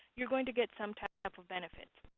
you're going to get some type of of benefit.